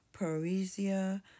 parisia